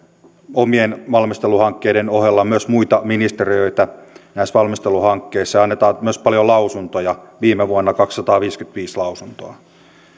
omien valmisteluhankkeidemme ohella myös muita ministeriöitä näissä valmisteluhankkeissa ja annamme myös paljon lausuntoja viime vuonna kaksisataaviisikymmentäviisi lausuntoa